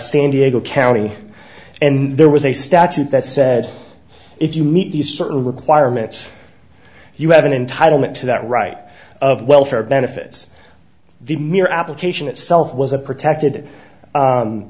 san diego county and there was a statute that said if you meet these certain requirements you haven't entitle me to that right of welfare benefits the mere application itself was a protected